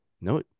no